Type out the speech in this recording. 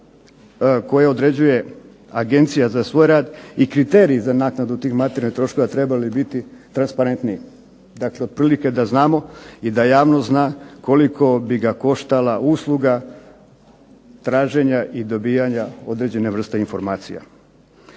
koje određuje Agencija za svoj rad i kriteriji za naknadu tih materijalnih troškova trebali biti transparentniji, dakle otprilike da znamo i da javnost zna koliko bi ga koštala usluga traženja i dobivanja određene vrste informacija.